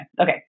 okay